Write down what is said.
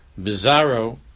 Bizarro